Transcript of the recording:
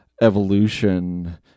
evolution